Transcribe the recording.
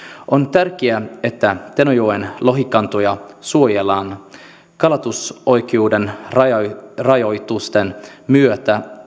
on tärkeää että tenojoen lohikantoja suojellaan kalastusoikeuden rajoitusten myötä